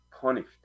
punished